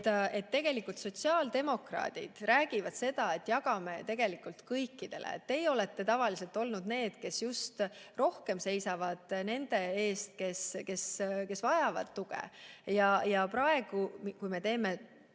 Tegelikult sotsiaaldemokraadid räägivad seda, et jagame tegelikult kõikidele. Teie olete tavaliselt olnud need, kes just rohkem seisavad nende eest, kes vajavad tuge. Praegu, kui me teeme